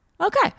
Okay